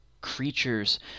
creatures